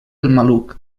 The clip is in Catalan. maluc